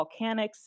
volcanics